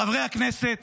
חברי הכנסת,